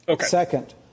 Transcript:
Second